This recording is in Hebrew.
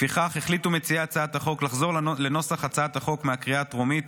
לפיכך החליטו מציעי הצעת החוק לחזור לנוסח הצעת החוק מהקריאה הטרומית,